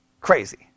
crazy